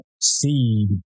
see